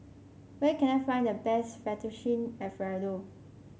where can I find the best Fettuccine Alfredo